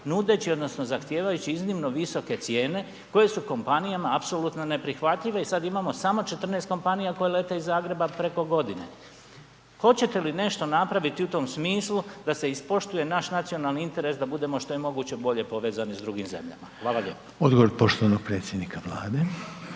nudeći odnosno zahtijevajući iznimno visoke cijene koje su kompanijama apsolutno neprihvatljive i sad imamo samo 14 kompanija koje lete iz Zagreba preko godine. Hoćete li nešto napraviti u tom smislu da se ispoštuje naš nacionalni interes da budemo što je moguće bolje povezani sa drugim zemljama? Hvala lijepa. **Reiner, Željko (HDZ)** Odgovor poštovanog predsjednika Vlade.